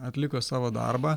atliko savo darbą